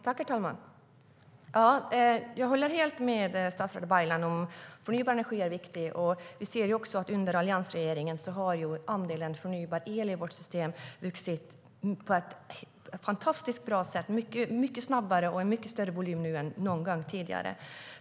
Herr talman! Jag håller helt med statsrådet Baylan om att förnybar energi är viktigt. Under alliansregeringens tid har andelen förnybar el i vårt system vuxit på ett fantastiskt bra sätt, mycket snabbare och med mycket större volym än någonsin tidigare.